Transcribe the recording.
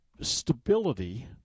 stability